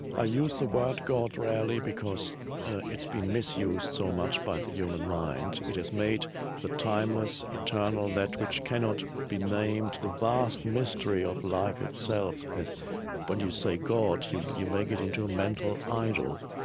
i use the word god rarely because it's been misused so much by the human mind. it has made the timeless, eternal, that which cannot be named, the vast mystery of life itself, when but you say god you you make it into a mental idol.